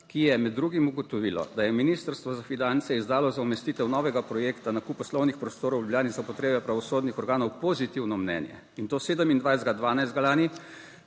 ki je med drugim ugotovilo, da je Ministrstvo za finance izdalo za umestitev novega projekta nakup poslovnih prostorov v Ljubljani za potrebe pravosodnih organov pozitivno mnenje in to 27. 12. lani,